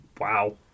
Wow